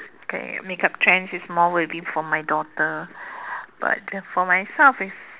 okay makeup trends is more worthy for my daughter but for myself is